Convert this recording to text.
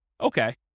Okay